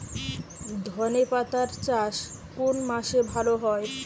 ধনেপাতার চাষ কোন মাসে ভালো হয়?